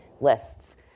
lists